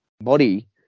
body